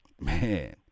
Man